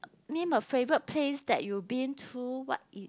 name a favourite place that you been to what if